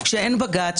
שאין בג"ץ,